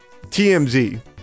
TMZ